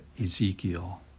Ezekiel